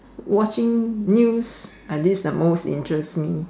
watching news like these the most interest me